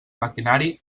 maquinari